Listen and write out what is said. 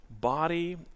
body